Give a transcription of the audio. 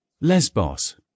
Lesbos